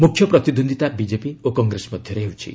ମୁଖ୍ୟ ପ୍ରତିଦ୍ୱନ୍ଦିତା ବିଜେପି ଓ କଂଗ୍ରେସ ମଧ୍ୟରେ ହେଉଛି